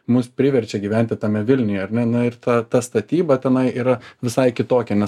mus priverčia gyventi tame vilniuje ar ne na ir ta ta statyba tenai yra visai kitokia nes